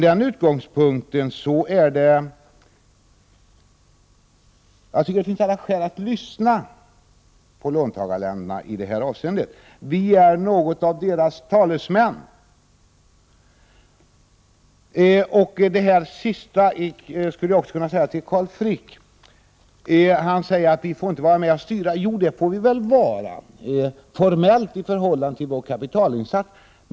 Jag tycker att det finns alla skäl att lyssna på låntagarländerna i det avseendet. Vi är något av deras talesmän. Carl Frick säger att vi inte får vara med och styra. Jo, det får vi vara, formellt sett i förhållande till vår kapitalinsats.